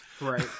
Right